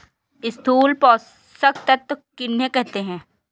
स्थूल पोषक तत्व किन्हें कहते हैं?